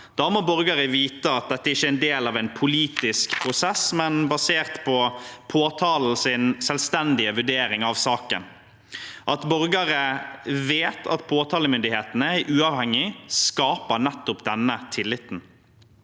Da må borgere vite at dette ikke er en del av en politisk prosess, men basert på påtalens selvstendige vurdering av saken. At borgere vet at påta lemyndigheten er uavhengig, skaper nettopp denne tilliten.